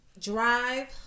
Drive